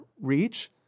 reach